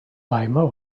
weimar